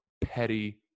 petty